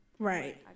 Right